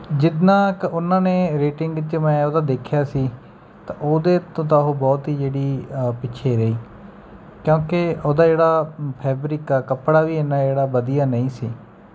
ਜਿੰਨਾ ਕ ਉਹਨਾਂ ਨੇ ਰੇਟਿੰਗ 'ਚ ਮੈਂ ਉਹਦਾ ਦੇਖਿਆ ਸੀ ਤਾਂ ਉਹਦੇ ਤੋਂ ਤਾਂ ਉਹ ਬਹੁਤ ਹੀ ਜਿਹੜੀ ਪਿੱਛੇ ਰਹੀ ਕਿਉਂਕਿ ਉਹਦਾ ਜਿਹੜਾ ਫੈਬਰਿਕ ਆ ਕੱਪੜਾ ਵੀ ਇੰਨਾ ਜਿਹੜਾ ਵਧੀਆ ਨਹੀਂ ਸੀ